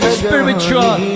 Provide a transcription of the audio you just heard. spiritual